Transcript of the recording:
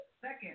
second